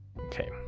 Okay